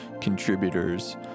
contributors